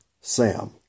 Sam